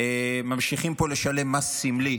ממשיכים פה לשלם מס סמלי.